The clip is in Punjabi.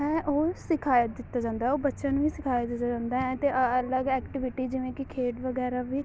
ਹੈ ਉਹ ਸਿਖਾਇਆ ਦਿੱਤਾ ਜਾਂਦਾ ਉਹ ਬੱਚਿਆਂ ਨੂੰ ਵੀ ਸਿਖਾਇਆ ਦਿੱਤਾ ਜਾਂਦਾ ਹੈ ਅਤੇ ਅ ਅਲੱਗ ਐਕਟੀਵਿਟੀ ਜਿਵੇਂ ਕਿ ਖੇਡ ਵਗੈਰਾ ਵੀ